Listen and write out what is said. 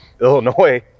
Illinois